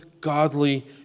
godly